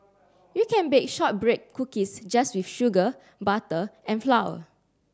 you can bake shortbread cookies just with sugar butter and flour